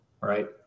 right